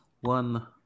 one